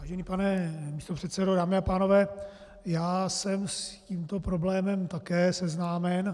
Vážený pane místopředsedo, dámy a pánové, já jsem s tímto problémem také seznámen.